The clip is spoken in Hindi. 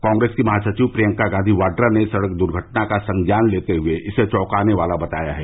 कांग्रेस की महासचिव प्रियंका गांधी वाड्रा ने सड़क दुर्घटना का संज्ञान लेते हुए इसे चौकाने वाला बताया है